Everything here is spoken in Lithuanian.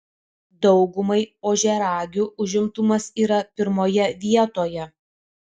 daugumai ožiaragių užimtumas yra pirmoje vietoje